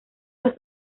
los